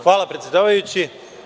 Hvala predsedavajući.